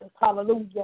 Hallelujah